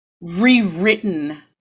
rewritten